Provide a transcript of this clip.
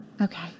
Okay